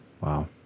Wow